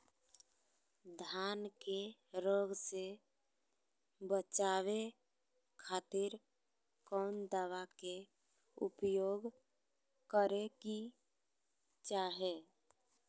धान के रोग से बचावे खातिर कौन दवा के उपयोग करें कि चाहे?